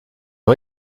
rez